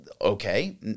okay